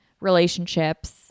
relationships